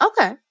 Okay